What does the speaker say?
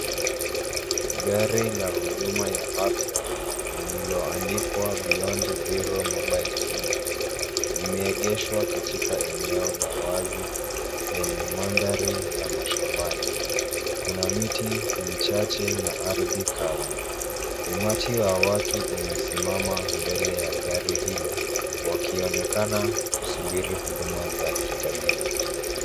Gari la huduma ya afya lilioandikwa beyond zero mobile clinic , limeengeshwa katika eneo la wazi lenye mandhari ya mashambani. Kuna miti michache na ardhi kavu. Umati wa watu umesimama mbele ya gari hilo, wakionekana kusubiri huduma za kitabibu.